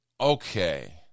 Okay